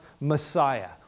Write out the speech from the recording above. Messiah